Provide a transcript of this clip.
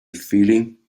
feeling